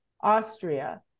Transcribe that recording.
Austria